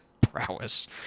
prowess